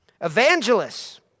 Evangelists